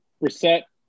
Reset